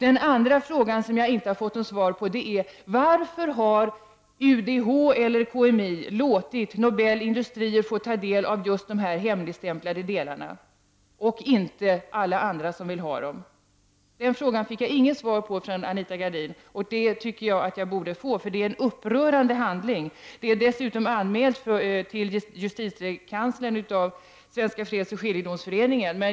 En annan fråga som jag inte har fått något svar på är följande: Varför har UDH eller KMI låtit Nobel Industrier få ta del av just de här hemligstämplade delarna, medan andra som vill få del av dem inte har den möjligheten? Den frågan fick jag, som sagt, inte något svar på av Anita Gradin. Jag tycker dock att jag borde få ett svar, för det är fråga om en upprörande handling. Dessutom har Svenska fredsoch skiljedomsföreningen gjort en anmälan om detta hos justitiekanslern.